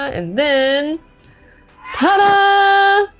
and then tada!